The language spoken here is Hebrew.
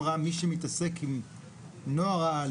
מי שמתעסק עם נוער העל,